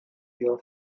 your